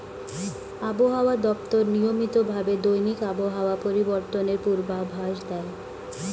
আবহাওয়া দপ্তর নিয়মিত ভাবে দৈনিক আবহাওয়া পরিবর্তনের পূর্বাভাস দেয়